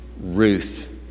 Ruth